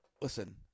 Listen